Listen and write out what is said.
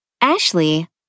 Ashley